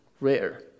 rare